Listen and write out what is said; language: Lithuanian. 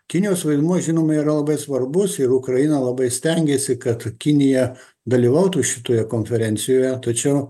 kinijos vaidmuo žinoma yra labai svarbus ir ukraina labai stengėsi kad kinija dalyvautų šitoje konferencijoje tačiau